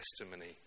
testimony